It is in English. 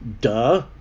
duh